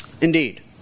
Indeed